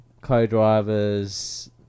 co-drivers